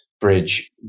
bridge